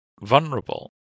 vulnerable